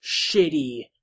shitty